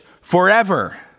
forever